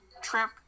trip